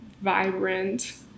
vibrant